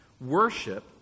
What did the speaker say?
Worship